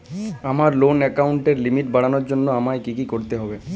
আমার লোন অ্যাকাউন্টের লিমিট বাড়ানোর জন্য আমায় কী কী করতে হবে?